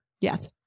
Yes